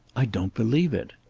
i don't believe it.